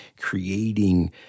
creating